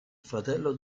fratello